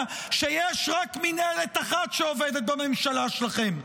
שיש רק מינהלת אחת שעובדת בממשלה שלכם,